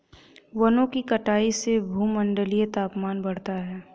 वनों की कटाई से भूमंडलीय तापन बढ़ा है